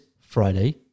Friday